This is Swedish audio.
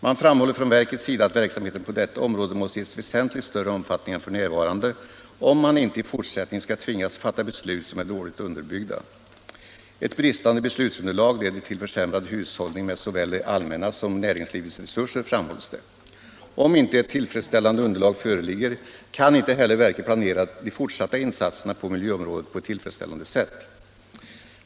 Man framhåller från verkets sida att verksamheten på detta område måste ges väsentligt större omfattning än f.n. om man inte i fortsättningen skall tvingas fatta beslut som är dåligt underbyggda. Ett bristande beslutsunderlag leder till försämrad hushållning med såväl det allmännas som näringslivets resurser, framhålls det. Om inte ett tillfredsställande underlag föreligger kan inte heller verket planera de fortsatta insatserna på miljöområdet +; i ett tillfredsställande sätt.